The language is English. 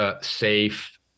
safe